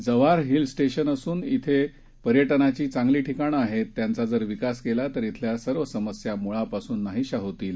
Jawhar hill station असून ध्वं पर्यटनाची ठिकाण आहेत त्यांचा जर विकास केला तर श्वल्या सर्व समस्या मुळापासून नाहीश्या होतील